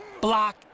block